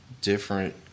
different